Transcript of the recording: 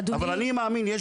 אבל אני מאמין,